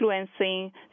influencing